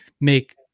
make